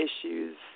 issues